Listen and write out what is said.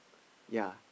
yea